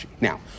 Now